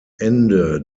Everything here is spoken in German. ende